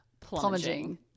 plumaging